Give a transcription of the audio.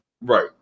Right